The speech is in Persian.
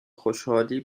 خوشحالی